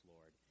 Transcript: Lord